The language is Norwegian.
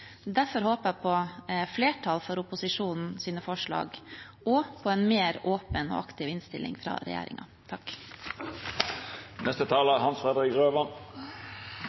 Derfor håper jeg på flertall for opposisjonens forslag og på en mer åpen og aktiv innstilling fra